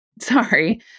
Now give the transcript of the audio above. sorry